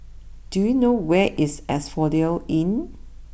do you know where is Asphodel Inn